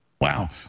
Wow